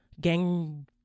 gang